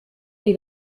dei